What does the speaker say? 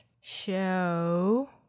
show